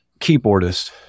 keyboardist